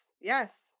Yes